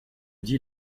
dis